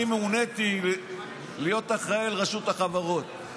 אני מוניתי להיות אחראי על רשות החברות.